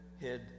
hid